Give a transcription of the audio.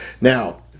now